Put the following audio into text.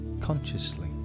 consciously